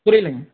புரியலங்க